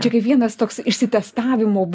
čia kaip vienas toks išsitestavimo